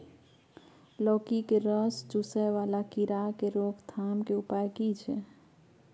लौकी के रस चुसय वाला कीरा की रोकथाम के उपाय की छै?